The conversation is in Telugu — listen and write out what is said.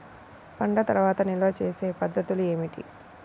పంట తర్వాత నిల్వ చేసే పద్ధతులు ఏమిటి?